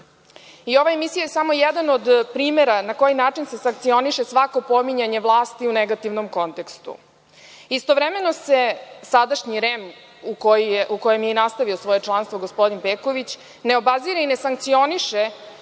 Ova emisija je samo jedan od primera na koji način se sankcioniše svako pominjanje vlasti u negativnom kontekstu. Istovremeno se sadašnji REM u kome je nastavio svoje članstvo gospodin Peković, ne obazire ne sankcioniše